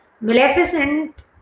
Maleficent